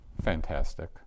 fantastic